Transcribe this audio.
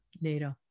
NATO